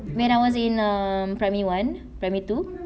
when I was in err primary one primary two